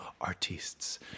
artists